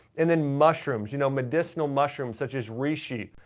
and then mushrooms. you know medicinal mushrooms such as reishi,